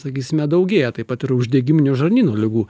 sakysime daugėja taip pat ir uždegiminių žarnyno ligų